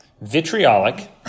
vitriolic